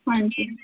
ਹਾਂਜੀ